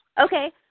Okay